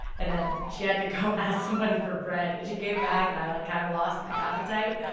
and then she had to go ask somebody for bread. and she came back and i like kind of lost my appetite.